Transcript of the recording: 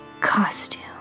costume